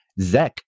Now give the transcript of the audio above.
Zek